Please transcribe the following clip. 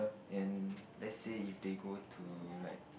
and let's say if they go to like